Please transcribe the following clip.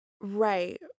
Right